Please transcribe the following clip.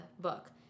book